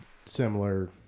similar